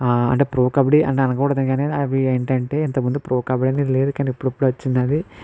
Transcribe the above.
అంటే ప్రో కబడ్డీ అంటే అనకూడదు కానీ అవి ఏంటంటే ఇంతకుముందు ప్రో కబడ్డీ అనేది లేదు కానీ ఇప్పుడిప్పుడే వచ్చింది అది